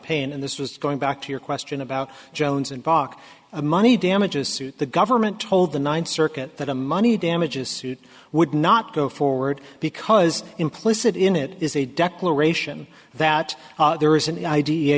pain and this was going back to your question about jones and bach a money damages suit the government told the ninth circuit that a money damages suit would not go forward because implicit in it is a declaration that there is an i